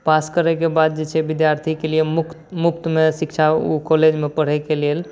पास करैके बाद जे छै विद्यार्थीके लिए मुफ्त मुफ्तमे शिक्षा ओ कॉलेजमे पढ़ैके लेल